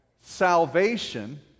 salvation